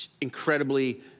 incredibly